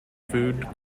food